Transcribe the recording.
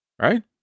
Right